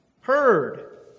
heard